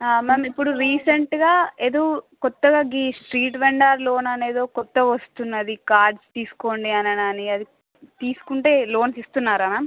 ma'am ఇప్పుడు రీసెంట్గా ఏదో కొత్తగా గీ స్ట్రీట్ వెండార్ లోన్ అని ఏదో కొత్తగా వస్తున్నది కార్డ్స్ తీసుకోండి అనని అది తీసుకుంటే లోన్స్ ఇస్తున్నారా మ్యామ్